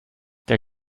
der